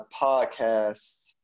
podcasts